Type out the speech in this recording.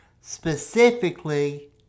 specifically